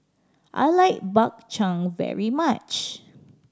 I like Bak Chang very much